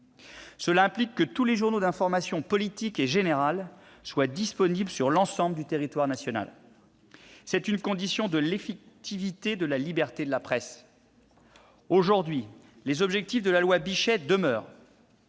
Cela implique que tous les journaux d'information politique et générale soient disponibles sur l'ensemble du territoire national. C'est une condition de l'effectivité de la liberté de la presse. Aujourd'hui, les objectifs de la loi Bichet demeurent